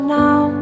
now